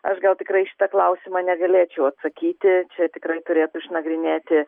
aš gal tikrai į šitą klausimą negalėčiau atsakyti čia tikrai turėtų išnagrinėti